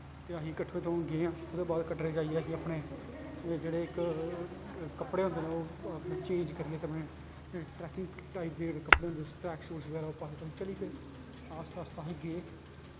ते अस कट्ठे गे हे ते ओह्दे बाद कटरै जाइयै जेह्ड़े इक अपने कपड़े होंदे न ओह् अपने चेंज करियै ट्रैकिंग टाइप दे कपड़े होंदे ट्रैक सूट पाए ते अस चली पे आस्ता आस्ता असें गे